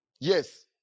Yes